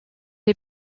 les